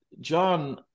John